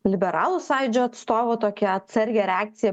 liberalų sąjūdžio atstovų tokią atsargią reakciją